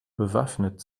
bewaffnet